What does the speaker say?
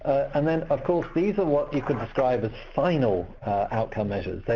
and then of course these are what you could describe as final outcome measures.